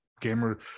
gamer